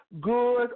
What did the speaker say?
Good